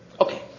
Okay